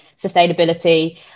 sustainability